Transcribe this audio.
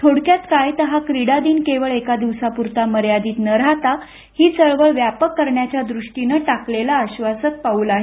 थोडक्यात काय तर हा क्रीडा दिन केवळ एका दिवसा प्रता मर्यादित न राहता ही चळवळ व्यापक करण्याच्या दृष्टीनं टाकलेलं आश्वासक पाऊल आहे